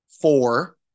four